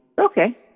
Okay